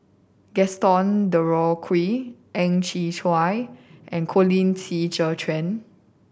Gaston Dutronquoy Ang Chwee Chai and Colin Qi Zhe Quan